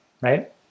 right